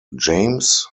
james